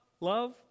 love